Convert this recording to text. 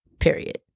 period